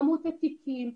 כמות התיקים,